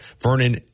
Vernon